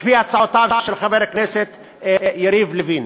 לפי הצעותיו של חבר הכנסת יריב לוין.